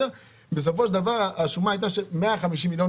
בסופו של דבר השומה הייתה ש-150 מיליון